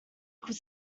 could